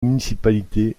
municipalité